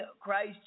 christ